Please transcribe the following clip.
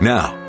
Now